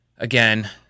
Again